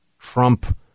Trump